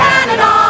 Canada